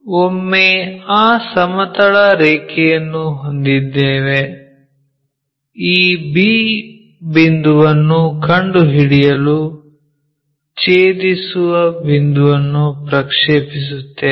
ಒಮ್ಮೆ ಆ ಸಮತಲ ರೇಖೆಯನ್ನು ಹೊಂದಿದ್ದೇವೆ ಈ b ಬಿಂದುವನ್ನು ಕಂಡುಹಿಡಿಯಲು ಛೇದಿಸು ಬಿಂದುವನ್ನು ಪ್ರಕ್ಷೇಪಿಸುತ್ತೇವೆ